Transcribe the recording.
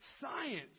Science